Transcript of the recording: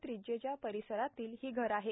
त्रिज्येच्या परिसरातील ही घरे आहेत